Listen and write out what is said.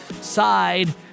side